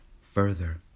Further